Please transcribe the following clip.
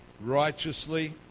righteously